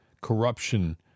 corruption